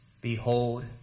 Behold